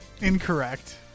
Incorrect